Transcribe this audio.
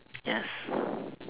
yes